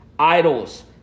Idols